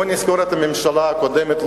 בוא נזכור את הממשלה הקודמת.